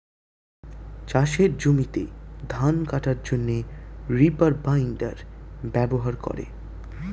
চাষের জমি থেকে ধান কাটার জন্যে রিপার বাইন্ডার ব্যবহার করে